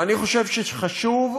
ואני חושב שחשוב,